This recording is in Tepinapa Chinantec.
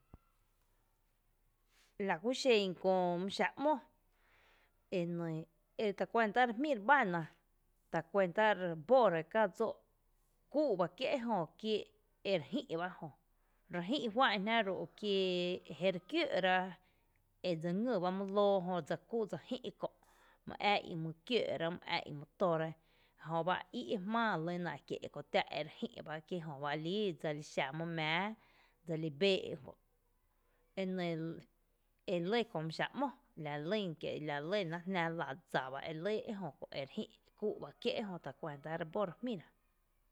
Lakúxen köö xáa’ ‘mo eta kuanta re jmí re báná re bóra kää dsóó’ kúu’ bá kié’ ejö kie re jï’ bá ejö, re jï’ juá’n jná ru’ kie jeri kióó’ra edse ngý ba my lǿǿ jö dse kú dse jï’ kö’ my ⱥⱥ í’ my kiǿǿ’ rá my ⱥⱥ í’ my tóra jöb í’ e jmⱥⱥ elyna kie’ kö tⱥⱥ’ ere jï’ bá kí ejö ba líí dseli xa mý mⱥⱥⱥ dseli bee’ kö’ ene e lɇ Kö mý xaa’ ´mó lalynn kie’ la lɇ ná jná dsa ba lýn ejö kö’ kúu’ ba kie’ejö kö’ tacuanta re bó re jmíra.